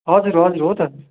हजुर हजुर हो त